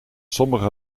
sommige